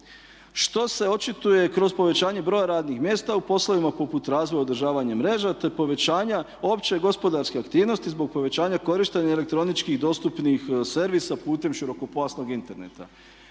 što se očituje kroz povećanje broja radnih mjesta u poslovima poput razvoja i održavanja mreža te povećanja opće gospodarske aktivnosti zbog povećanja korištenja elektronički dostupnih servisa putem širokopojasnog interneta."